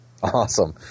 Awesome